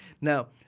Now